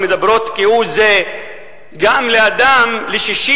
לא מדברים כהוא זה גם ל-60,000,